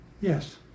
Yes